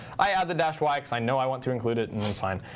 i add the dash y, because i know i want to include it, and that's fine.